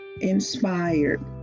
inspired